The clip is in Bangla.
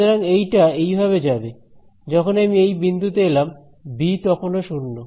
সুতরাং এইটা এইভাবে যাবে যখন আমি এই বিন্দুতে এলাম বি তখনো 0